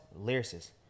lyricists